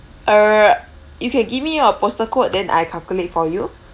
uh you can give me your postal code then I calculate for you